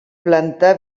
planta